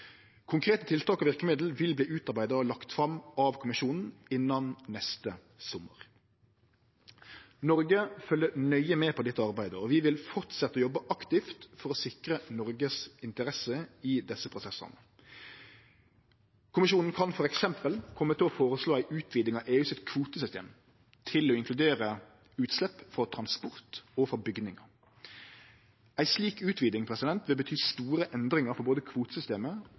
Konkrete tiltak og verkemiddel vil verte utarbeidde og lagde fram av Kommisjonen innan neste sommar. Noreg følgjer nøye med på dette arbeidet, og vi vil fortsetje å jobbe aktivt for å sikre Noregs interesser i desse prosessane. Kommisjonen kan f.eks. kome til å føreslå ei utviding av EUs kvotesystem til å inkludere utslepp frå transport og frå bygningar. Ei slik utviding vil bety store endringar for både